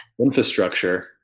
infrastructure